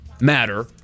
matter